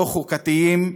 לא חוקתיים,